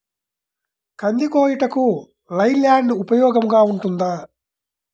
కంది కోయుటకు లై ల్యాండ్ ఉపయోగముగా ఉంటుందా?